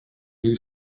new